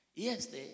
este